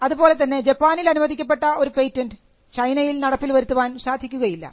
അതുപോലെതന്നെ ജപ്പാനിൽ അനുവദിക്കപ്പെട്ട പേറ്റന്റ് ചൈനയിൽ നടപ്പിൽ വരുത്താൻ സാധിക്കുകയില്ല